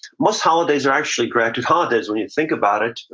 most holidays are actually gratitude holidays, when you think about it.